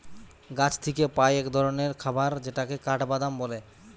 গাছ থিকে পাই এক ধরণের খাবার যেটাকে কাঠবাদাম বলে